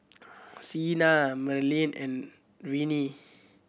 Sena Merlene and Renee